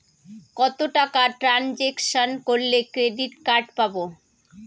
কত টাকা ট্রানজেকশন করলে ক্রেডিট কার্ড পাবো?